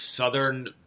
southern